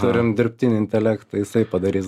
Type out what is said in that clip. turim dirbtinį intelektą jisai padarys